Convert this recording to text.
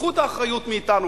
קחו את האחריות מאתנו,